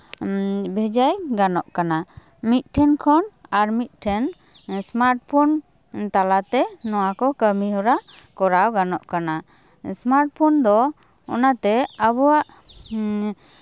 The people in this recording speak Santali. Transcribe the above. ᱵᱷᱮᱡᱟᱭ ᱜᱟᱱᱚᱜ ᱠᱟᱱᱟ ᱢᱤᱫᱴᱷᱮᱱ ᱠᱷᱚᱱ ᱟᱨ ᱢᱤᱫ ᱴᱷᱮᱱ ᱤᱥᱢᱟᱨᱴ ᱯᱷᱳᱱ ᱛᱟᱞᱟᱛᱮ ᱱᱚᱣᱟ ᱠᱚ ᱠᱟᱹᱢᱤ ᱦᱚᱨᱟ ᱠᱚᱨᱟᱣ ᱜᱟᱱᱚᱜ ᱠᱟᱱᱟ ᱤᱥᱢᱟᱨᱴ ᱯᱷᱳᱱ ᱫᱚ ᱚᱱᱟᱛᱮ ᱟᱵᱚᱣᱟᱜ